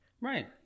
Right